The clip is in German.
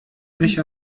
sich